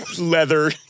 leather